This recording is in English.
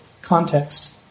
Context